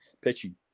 pitching